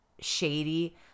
shady